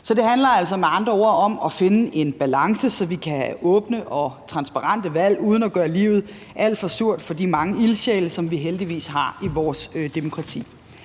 Så det handler altså med andre ord om at finde en balance, så vi kan have åbne og transparente valg uden at gøre livet alt for surt for de mange ildsjæle, som vi heldigvis har i vores demokrati.